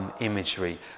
imagery